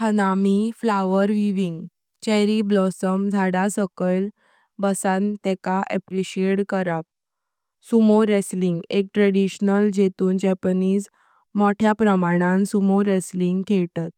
हनमी (फुलांचो नजरा): चेरी ब्लॉसम झाडा साकळ बसान तेका अप्प्रीशिएट करप। सुमो रेसलिंग: एक ट्रेडिशनल जेतुं जपानीज मोठ्या प्रमाणान सुमो रेसलिंग खेइतत।